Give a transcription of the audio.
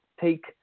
take